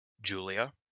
julia